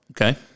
Okay